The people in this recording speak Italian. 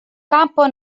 campo